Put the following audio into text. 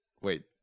Wait